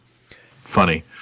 funny